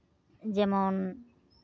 ᱡᱮᱢᱚᱱ